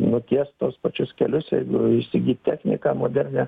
nutiest tuos pačius kelius jeigu įsigyt techniką modernią